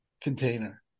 container